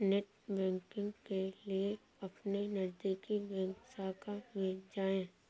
net banking के लिए अपने नजदीकी बैंक शाखा में जाए